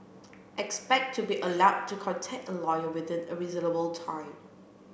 expect to be allowed to contact a lawyer within a reasonable time